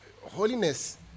Holiness